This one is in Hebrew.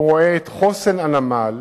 רואה את חוסן הנמל